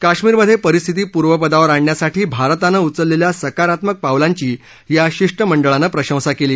काश्मीरमध्ये परिस्थिती पूर्वपदावर आणण्यासाठी भारतानं उचललेल्या सकारात्मक पावलांची या शिष्टमंडळानं प्रशंसा केली